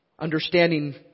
Understanding